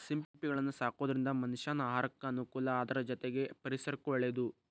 ಸಿಂಪಿಗಳನ್ನ ಸಾಕೋದ್ರಿಂದ ಮನಷ್ಯಾನ ಆಹಾರಕ್ಕ ಅನುಕೂಲ ಅದ್ರ ಜೊತೆಗೆ ಪರಿಸರಕ್ಕೂ ಒಳ್ಳೇದು